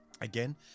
Again